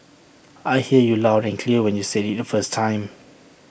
I heard you loud and clear when you said IT the first time